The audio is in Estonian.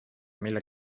mille